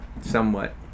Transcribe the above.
Somewhat